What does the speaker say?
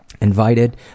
invited